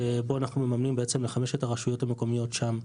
שבו אנחנו מממנים לחמשת הרשויות המקומיות שם,